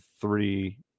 three